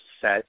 set